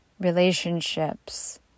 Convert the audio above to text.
relationships